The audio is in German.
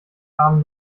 kamen